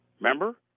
Remember